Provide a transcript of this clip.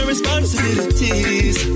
Responsibilities